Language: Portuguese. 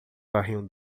carrinho